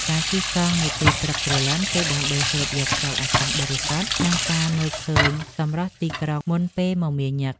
ការជិះកង់នៅពេលព្រឹកព្រលឹម គឺដើម្បីស្រូបយកខ្យល់អាកាសបរិសុទ្ធ និងការមើលឃើញសម្រស់ទីក្រុងមុនពេលមមាញឹក។